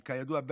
וכידוע,